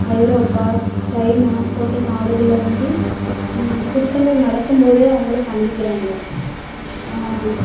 ஐரோப்பா China போன்ற நாடுகளில் வந்து குற்றங்கள் நடக்கும்போதே அவுங்களை கண்டிக்கிறாங்கள்